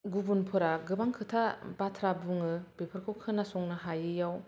गुबुनफोरा गोबां खोथा बाथ्रा बुङो बेफोरखौ खोनासंनो हायिआव